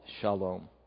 Shalom